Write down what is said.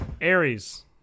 Aries